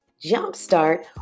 jumpstart